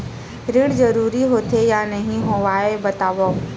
ऋण जरूरी होथे या नहीं होवाए बतावव?